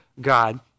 God